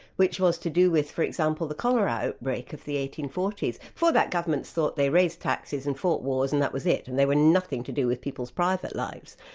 which was to do with, for example, the cholera outbreak of the eighteen forty s. before that, governments thought they raised taxes and fought wars and that was it, and they were nothing to do with people's private lives,